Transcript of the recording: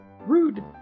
Rude